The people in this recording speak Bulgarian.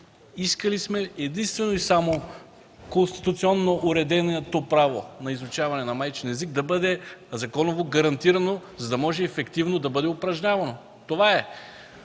искали сме единствено и само конституционно уреденото право на изучаване на майчин език да бъде законово гарантирано, за да може ефективно да бъде упражнявано. Това е.